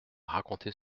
raconter